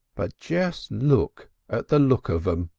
but just look at the look of them!